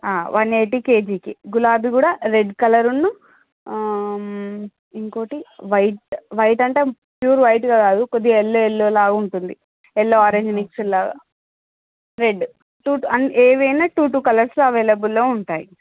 one eighty కేజీకి గులాబీ కూడా రెడ్ కలరున్నూ ఇంకోకటి వైట్ వైట్ అంటే ప్యూర్ వైట్గా కాదు కొద్దిగా యెల్లో యెల్లోలా ఉంటుంది యెల్లో ఆరెంజ్ మిక్స్డ్ లాగా రెడ్ టు ఎవైనా టు టు కలర్స్లో అవెలబుల్లో ఉంటాయి